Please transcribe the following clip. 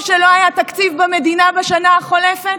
חבריי בקואליציה,